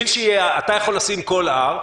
אתה יכול לשים כל R,